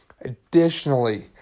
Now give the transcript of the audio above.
Additionally